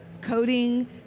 coding